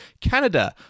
canada